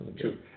Two